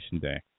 day